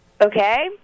Okay